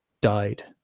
died